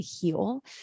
heal